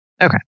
Okay